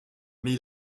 mais